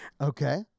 Okay